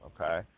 okay